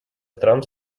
стран